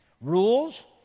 rules